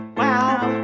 wow